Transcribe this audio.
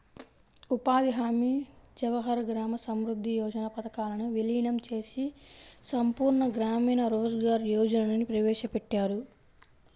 ఉపాధి హామీ, జవహర్ గ్రామ సమృద్ధి యోజన పథకాలను వీలీనం చేసి సంపూర్ణ గ్రామీణ రోజ్గార్ యోజనని ప్రవేశపెట్టారు